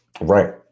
Right